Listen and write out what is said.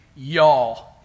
Y'all